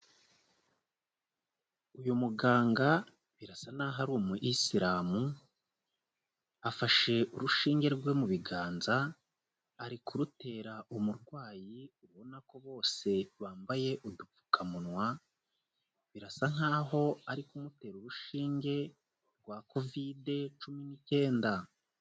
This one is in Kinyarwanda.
Uyu muganga birasa naho ari umuyisilamu, afashe urushinge rwe mu biganza ari kurutera umurwayi, ubona ko bose bambaye udupfukamunwa, birasa nkaho ari kumutera urushinge rwa Kovide cumi n'icyenda.